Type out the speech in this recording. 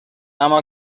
اما